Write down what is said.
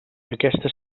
aquesta